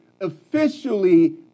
officially